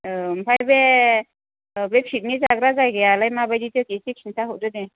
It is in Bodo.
औ ओमफ्राय बे बे पिकनिक जाग्रा जायगायालाय माबायदिथो एसे खिन्थाहरदो दे